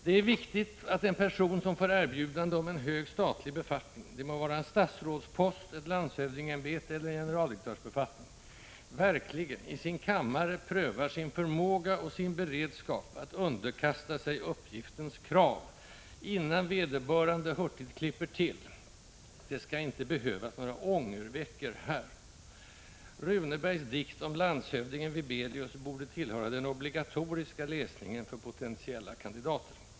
Det är viktigt att en person som får ett erbjudande om en hög statlig befattning — det må vara en statsrådspost, ett landshövdingeämbete eller en generaldirektörsbefattning — verkligen i sin kammare prövar sin förmåga och sin beredskap att underkasta sig uppgiftens krav, innan vederbörande hurtigt klipper till. Det skall inte behövas några ångerveckor här. Runebergs dikt om landshövdingen Wibelius borde tillhöra den obligatoriska läsningen för potentiella kandidater.